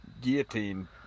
guillotine